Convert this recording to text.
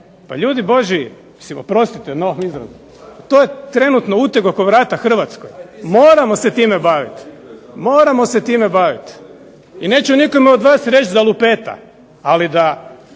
Pa ljudi božji, mislim oprostite na ovom izrazu, to je trenutno uteg oko vrata Hrvatskoj, moramo se time baviti. Moramo se time baviti. I neću nikome od vas reći da lupeta, ali da